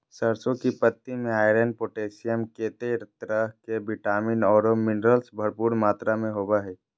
सरसों की पत्ति में आयरन, पोटेशियम, केते तरह के विटामिन औरो मिनरल्स भरपूर मात्रा में होबो हइ